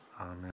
amen